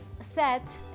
set